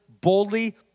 boldly